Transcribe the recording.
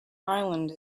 island